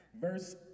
Verse